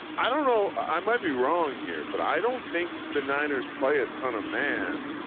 i don't know. i might be wrong here but i don't think the niners play a ton of man.